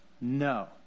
No